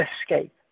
escape